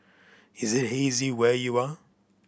is it hazy where you are